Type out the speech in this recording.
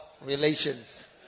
relations